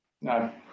No